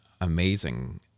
amazing